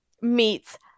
meets